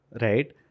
Right